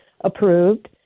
approved